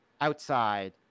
outside